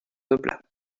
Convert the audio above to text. oblats